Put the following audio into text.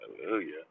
Hallelujah